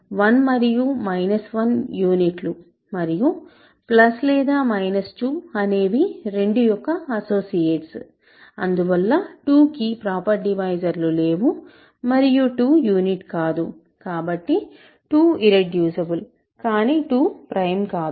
1 మరియు మైనస్ 1 యూనిట్లు మరియు ప్లస్ లేదా మైనస్ 2 అనేవి 2 యొక్క అసోసియేట్స్ అందువల్ల 2 కి ప్రాపర్ డివైజర్ లు లేవు మరియు 2 యూనిట్ కాదు కాబట్టి 2 ఇర్రెడ్యూసిబుల్ కానీ 2 ప్రైమ్ కాదు